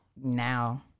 now